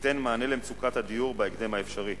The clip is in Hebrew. ייתן מענה למצוקת הדיור בהקדם האפשרי.